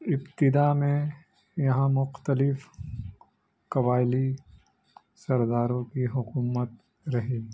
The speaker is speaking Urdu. ابتدا میں یہاں مختلف قوائلی سرداروں کی حکومت رہی